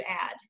add